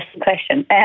question